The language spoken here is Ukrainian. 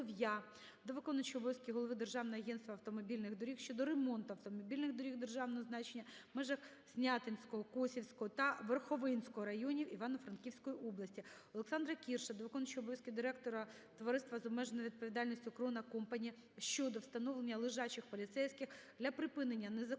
до виконуючого обов'язків голови Державного агентства автомобільних доріг щодо ремонту автомобільних доріг державного значення в межахСнятинського, Косівського та Верховинського районів Івано-Франківської області. ОлександраКірша до виконуючого обов'язки директора Товариства з обмеженою відповідальністю "Крона-Компані" щодо встановлення "лежачих поліцейських" для припинення незаконних